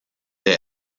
der